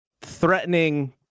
threatening